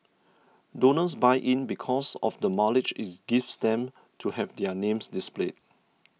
donors buy in because of the mileage it gives them to have their names displayed